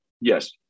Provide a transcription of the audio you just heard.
yes